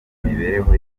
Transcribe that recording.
imibereho